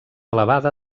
elevada